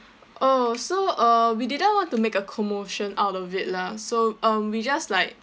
oh so uh we didn't want to make a commotion out of it lah so um we just like